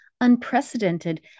unprecedented